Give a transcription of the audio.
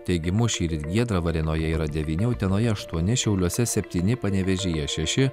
teigimu šįryt giedra varėnoje yra devyni utenoje aštuoni šiauliuose septyni panevėžyje šeši